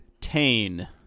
Tane